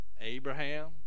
Abraham